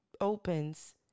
opens